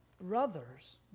brothers